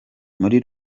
muri